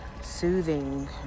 soothing